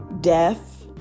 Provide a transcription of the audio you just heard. death